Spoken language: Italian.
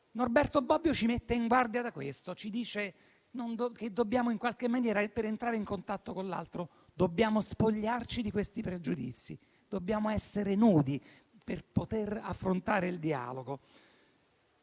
Norberto Bobbio ci mette in guardia da questo e ci dice che, per entrare in contatto con l'altro, dobbiamo spogliarci di questi pregiudizi, dobbiamo essere nudi per poter affrontare il dialogo.